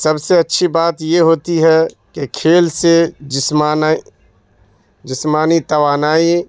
سب سے اچھی بات یہ ہوتی ہے کہ کھیل سے جسمانی جسمانی توانائی